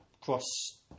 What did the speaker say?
cross